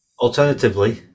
Alternatively